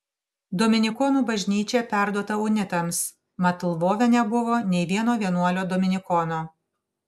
dominikonų bažnyčia perduota unitams mat lvove nebuvo nei vieno vienuolio dominikono